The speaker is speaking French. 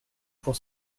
pour